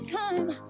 time